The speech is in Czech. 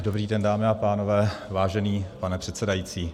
Dobrý den, dámy a pánové, vážený pane předsedající.